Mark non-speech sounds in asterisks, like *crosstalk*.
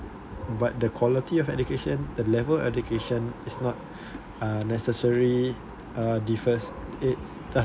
but the quality of education the level education is not *breath* uh necessary uh differs okay thus